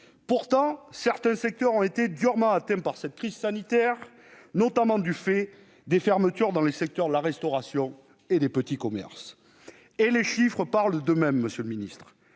Pourtant, certains secteurs ont été durement atteints par cette crise sanitaire, notamment du fait des fermetures dans le secteur de la restauration et des petits commerces. Les chiffres parlent d'eux-mêmes. L'agriculture,